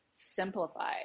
Simplified